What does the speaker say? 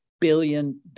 billion